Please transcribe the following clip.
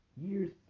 years